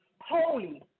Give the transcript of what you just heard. holy